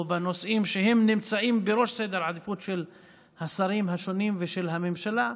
או בנושאים שנמצאים בראש סדר העדיפויות של השרים השונים ושל הממשלה,